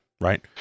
right